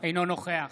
אינו נוכח